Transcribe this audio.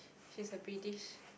she's a British